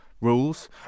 rules